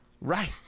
Right